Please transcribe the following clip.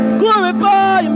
glorify